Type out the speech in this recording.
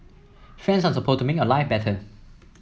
friends are supposed to make your life better